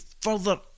further